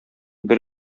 бер